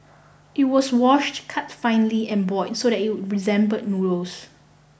it was washed cut finely and boiled so that it resembled noodles